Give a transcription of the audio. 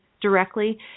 directly